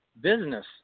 business